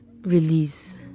release